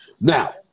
Now